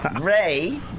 Ray